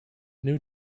new